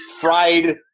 fried